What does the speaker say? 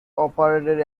operated